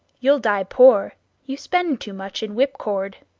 you'll die poor you spend too much in whipcord.